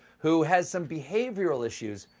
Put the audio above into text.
who has some behavioral issues,